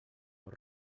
pot